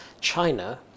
China